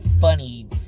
funny